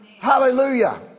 Hallelujah